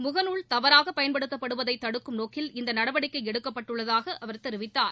முகநூல் தவறாக பயன்படுத்தப்படுவதை தடுக்கும் நோக்கில் இந்த நடவடிக்கை எடுக்கப்பட்டுள்ளதாக அவர் தெரிவித்தார்